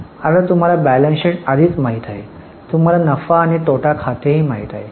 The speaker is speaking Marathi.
आता तुम्हाला बॅलन्स शीट आधीच माहित आहे तुम्हाला नफा आणि तोटा खातेही माहित आहे